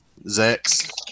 Zex